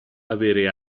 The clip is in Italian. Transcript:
avere